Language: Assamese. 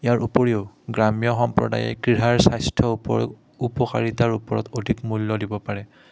ইয়াৰ উপৰিও গ্ৰাম্য সম্প্ৰদায়ে ক্ৰীড়াৰ স্বাস্থ্য ওৰত উপকাৰিতাৰ ওপৰত অধিক মূল্য দিব পাৰে